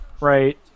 right